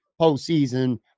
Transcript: postseason